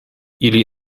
ili